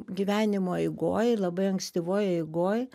gyvenimo eigoj ir labai ankstyvoj eigoj